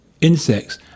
Insects